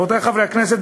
רבותי חברי הכנסת,